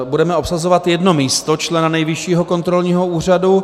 Budeme obsazovat jedno místo člena Nejvyššího kontrolního úřadu.